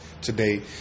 today